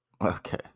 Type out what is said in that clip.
Okay